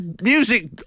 music